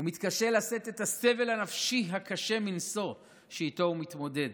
הוא מתקשה לשאת את הסבל הנפשי הקשה מנשוא שאיתו הוא מתמודד,